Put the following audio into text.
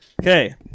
okay